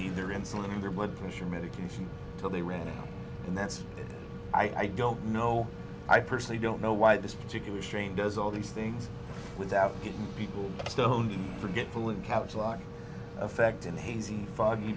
need their insulin in their blood pressure medication so they ran out and that's i don't know i personally don't know why this particular strain does all these things without getting people stoned forgetful and couch like effect in the hazy foggy